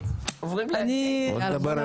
עוברים לאנגלית?